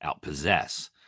outpossess